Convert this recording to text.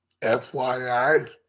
FYI